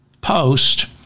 Post